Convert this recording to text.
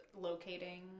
locating